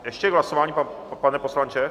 Ještě k hlasování, pane poslanče?